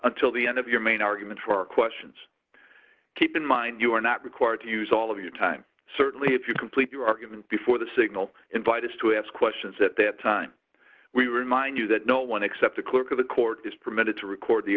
until the end of your main argument for our questions keep in mind you are not required to use all of your time certainly if you complete your argument before the signal invited to ask questions at that time we remind you that no one except the clerk of the court is permitted to record the